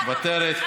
מוותרת,